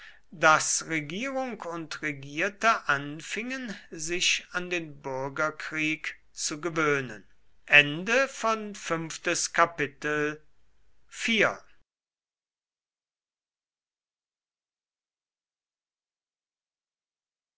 daß regierung und regierte anfingen sich an den bürgerkrieg zu gewöhnen